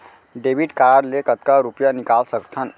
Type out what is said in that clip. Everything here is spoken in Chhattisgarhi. डेबिट कारड ले कतका रुपिया निकाल सकथन?